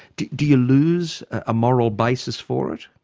do do you lose a moral basis for it?